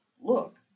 look